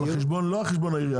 לא על חשבון העיר.